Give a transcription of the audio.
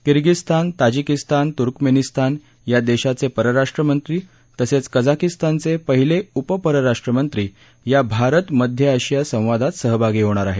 Kyrgyzstan Tajikistan Turkmenistan या देशाचे परराष्ट्रमंत्री तसंच कझाकीस्तानचे पहिले उप परराष्ट्रमंत्री या भारत मध्य आशिया संवादात सहभागी होणार आहेत